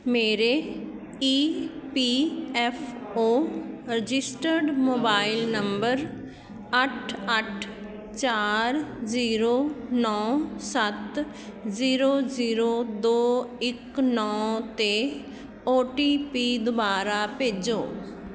ਮੇਰੇ E P F O registered mobile number ਅੱਠ ਅੱਠ ਚਾਰ ਜ਼ੀਰੋ ਨੌ ਸੱਤ ਜ਼ੀਰੋ ਜ਼ੀਰੋ ਦੋ ਇੱਕ ਨੌ 'ਤੇ ਓ ਟੀ ਪੀ ਦੁਬਾਰਾ ਭੇਜੋ